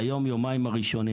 ליום-יומיים הראשונים.